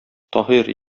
таһир